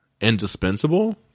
Indispensable